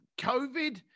COVID